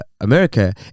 america